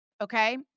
okay